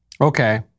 Okay